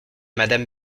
madame